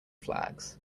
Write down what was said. flags